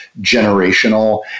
generational